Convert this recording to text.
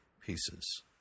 pieces